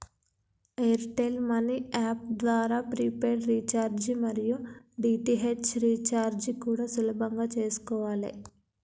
air tell money app ద్వారా prepaid recharge మరియు DTH recharge కూడా సులభంగా చేసుకోవాలే